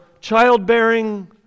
childbearing